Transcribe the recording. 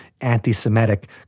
anti-Semitic